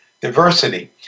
diversity